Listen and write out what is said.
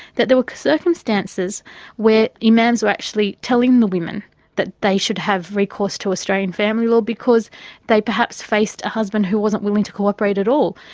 that there were circumstances where imams imams were actually telling the women that they should have recourse to australian family law, because they perhaps faced a husband who wasn't willing to cooperate at all.